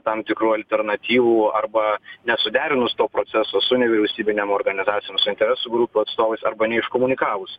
tam tikrų alternatyvų arba nesuderinus to proceso su nevyriausybinėm organizacijom su interesų grupių atstovais arba ne neiškomunikavus